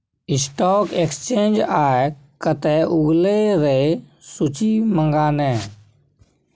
stock exchange आय कते उगलै रै सूची मंगा ने